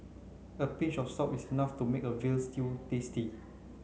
a pinch of salt is enough to make a veal stew tasty